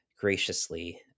graciously